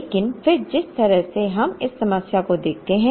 लेकिन फिर जिस तरह से हम इस समस्या को देखते हैं